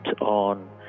on